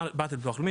באתי לביטוח לאומי,